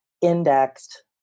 indexed